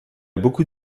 beaucoup